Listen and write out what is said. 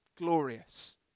Glorious